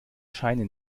scheine